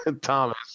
Thomas